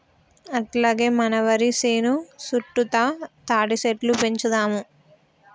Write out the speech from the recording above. అట్లాగే మన వరి సేను సుట్టుతా తాటిసెట్లు పెంచుదాము